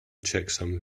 checksum